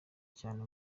cyane